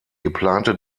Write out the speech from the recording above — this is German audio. geplante